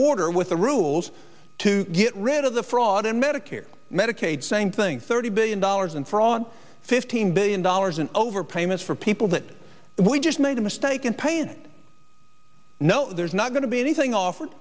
order with the rules to get rid of the fraud in medicare medicaid same thing thirty billion dollars in fraud fifteen billion dollars in over payments for people that we just made a mistake in paying no there's not going to be anything offered